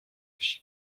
wsi